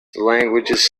languages